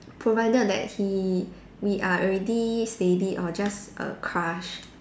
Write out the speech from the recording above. provided that he we are already steady or just a crush